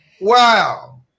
Wow